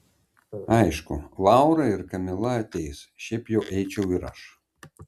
aišku laura ir kamila ateis šiaip jau eičiau ir aš